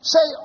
Say